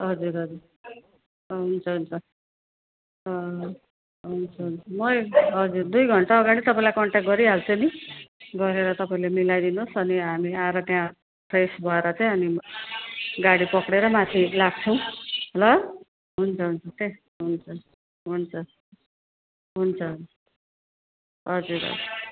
हजुर हजुर हुन्छ हुन्छ हुन्छ हुन्छ म हजुर दुई घन्टा अगाडि तपाईँलाई कन्ट्याक्ट गरिहाल्छु नि गरेर तपाईँले मिलाइदिनुहोस् अनि हामी आएर त्यहाँ फ्रेस भएर चाहिँ अनि गाडी पक्रेर माथि लाग्छौँ ल हुन्छ हुन्छ हन्छ हुन्छ हुन्छ हजुर